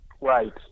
Right